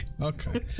okay